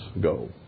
go